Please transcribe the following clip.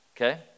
okay